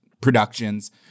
productions